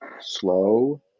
slow